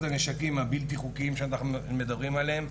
הנשקים הבלתי חוקיים שאנחנו מדברים עליהם.